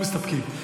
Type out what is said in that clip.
לא מסתפקים.